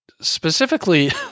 specifically